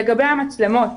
לגבי המצלמות